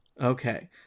Okay